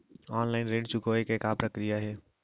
Online ऋण चुकोय के का प्रक्रिया हे?